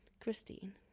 Christine